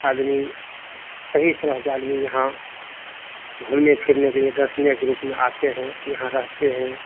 आदमी सभी तरह के आदमी यहाँ घूमने फिरने के लिए दर्शनीय के रूप में आते हैं यहाँ रहते हैं